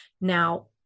Now